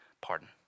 pardon